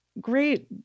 great